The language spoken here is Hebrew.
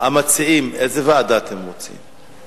המציעים, איזו ועדה אתם רוצים?